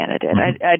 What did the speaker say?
candidate